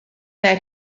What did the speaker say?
that